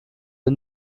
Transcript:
der